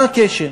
מה הקשר?